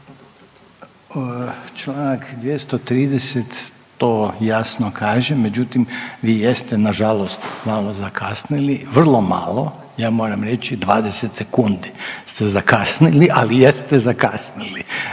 Čl. 230. to jasno kaže, međutim vi jeste nažalost malo zakasnili, vrlo malo, ja moram reći 20 sekundi ste zakasnili, ali jeste zakasnili,